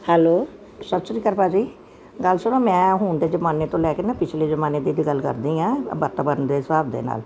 hello ਸੱਤ ਸ੍ਰੀ ਅਕਾਲ ਭਾਅ ਜੀ ਗੱਲ ਸੁਣੋ ਮੈਂ ਹੁਣ ਦੇ ਜਮਾਨੇ ਤੋਂ ਲੈ ਕੇ ਮੈਂ ਪਿਛਲੀ ਜਮਾਨੇ ਦੀ ਗੱਲ ਕਰਦੇ ਆ ਵਰਤਮਾਨ ਦੇ ਹਿਸਾਬ ਦੇ ਨਾਲ